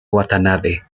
watanabe